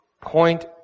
Point